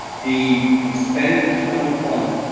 the expenditures from the fund